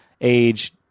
age